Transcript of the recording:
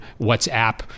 WhatsApp